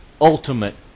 ultimate